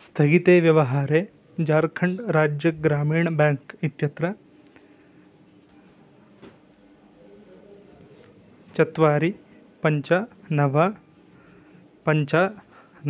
स्थगिते व्यवहारे जार्खण्ड्राज्य ग्रामीणः बेङ्क् इत्यत्र चत्वारि पञ्च नव पञ्च